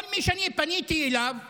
כל מי שאני פניתי אליו אומר: